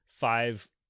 Five